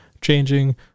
changing